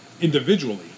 individually